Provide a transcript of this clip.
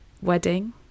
wedding